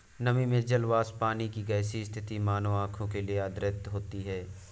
नमी में जल वाष्प पानी की गैसीय स्थिति मानव आंखों के लिए अदृश्य होती है